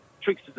tricks